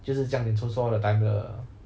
就是这样脸臭臭 all the time 的